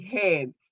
head